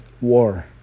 war